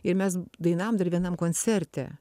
ir mes dainavom dar vienam koncerte